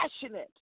passionate